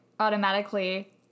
automatically